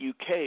UK